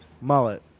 Mullet